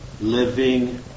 living